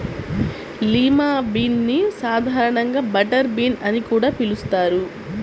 lima bean ని సాధారణంగా butter bean అని కూడా పిలుస్తారు